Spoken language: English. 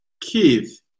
Keith